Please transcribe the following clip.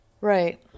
Right